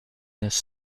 his